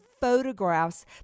photographs